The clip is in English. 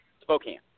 Spokane